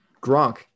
Gronk